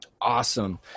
Awesome